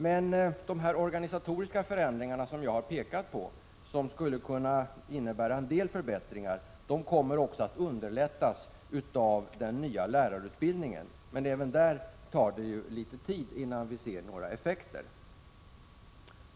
Men de organisatoriska förändringar som jag har pekat på och som skulle kunna innebära en del förbättringar kommer att underlättas genom den nya lärarutbildningen, även om det i det avseendet tar litet tid, innan vi ser några effekter.